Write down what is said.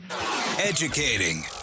Educating